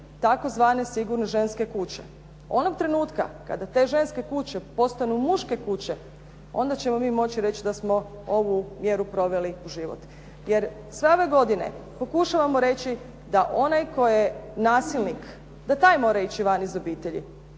tzv. Sigurne ženske kuće. Onoga trenutka kada te ženske kuće postanu muške kuće onda ćemo mi moći reći da smo ovu mjeru proveli u život. Jer sve ove godine pokušavamo reći da onaj koji je nasilnik da taj mora ići van iz obitelji,